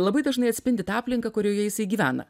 labai dažnai atspindi tą aplinką kurioje gyvena